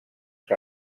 que